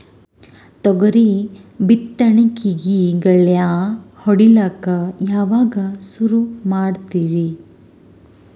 ತೊಗರಿ ಬಿತ್ತಣಿಕಿಗಿ ಗಳ್ಯಾ ಹೋಡಿಲಕ್ಕ ಯಾವಾಗ ಸುರು ಮಾಡತೀರಿ?